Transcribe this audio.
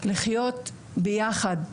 לחיות ביחד.